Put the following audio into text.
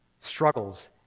struggles